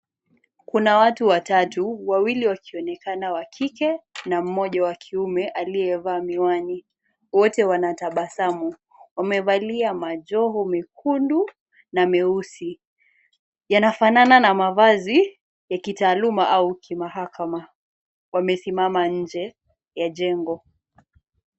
Kuna watu watatu, wawili wakionekana wa kike na mmoja wa kiume aliyevaa miwani. Wote wanatabasamu, wamevalia majoho mekundu na meusi. Yanafanana na mavazi ya kitaaluma au kimahakama, wamesimama nje ya jengo.